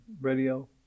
radio